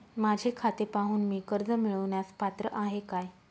माझे खाते पाहून मी कर्ज मिळवण्यास पात्र आहे काय?